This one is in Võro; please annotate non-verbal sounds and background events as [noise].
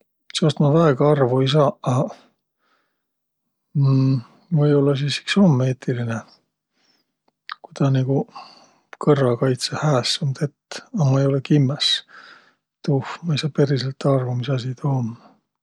Seost ma väega arvo ei saaq, a [hesitation] või-ollaq sis iks um eetiline, ku tä nigu kõrrakaitsõ hääs um tett, ma olõ-õi kimmäs, ma ei saaq periselt arvo, misasi tuu um.